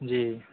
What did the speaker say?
जी